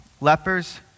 Lepers